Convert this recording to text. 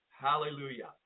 hallelujah